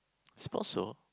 suppose so